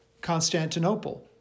Constantinople